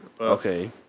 Okay